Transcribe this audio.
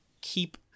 keep